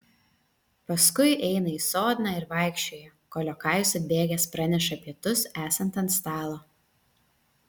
paskui eina į sodną ir vaikščioja kol liokajus atbėgęs praneša pietus esant ant stalo